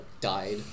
died